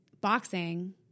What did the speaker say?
boxing